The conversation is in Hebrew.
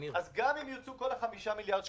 אז גם אם יצאו כל 5 מיליארד שקלים,